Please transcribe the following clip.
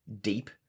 deep